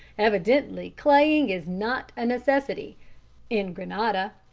evidently claying is not a necessity in grenada.